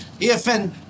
EFN